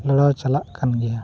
ᱦᱮᱞᱟᱣ ᱪᱟᱞᱟᱜ ᱠᱟᱱ ᱜᱮᱭᱟ